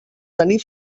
tenir